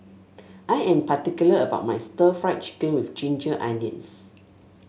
I am particular about my stir Fry Chicken with Ginger Onions